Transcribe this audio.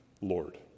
Lord